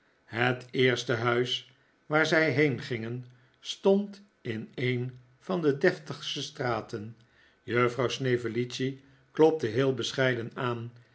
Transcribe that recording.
het eerste huis waar zij heen gingen stond in een van de deftigste straten juffrouw snevellicci klopte heel bescheiden aan